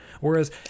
whereas